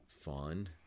fun